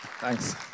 Thanks